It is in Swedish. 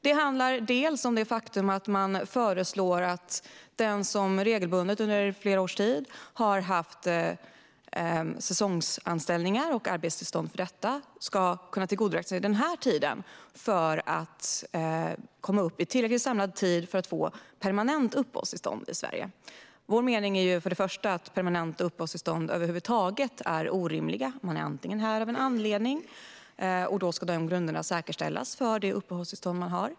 Det handlar delvis om förslaget om att den som regelbundet under flera års tid har haft säsongsanställningar och arbetstillstånd för detta ska kunna tillgodoräkna sig denna tid för att komma upp i tillräckligt mycket samlad tid för att få permanent uppehållstillstånd i Sverige. Vår mening är först och främst att permanenta uppehållstillstånd över huvud taget är orimliga. Man är antingen här av en anledning, och då ska dessa grunder säkerställas för det uppehållstillstånd man har.